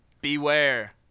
Beware